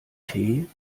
tee